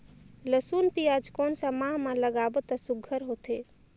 लसुन पियाज कोन सा माह म लागाबो त सुघ्घर होथे?